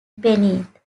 beneath